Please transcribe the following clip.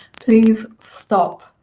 please stop.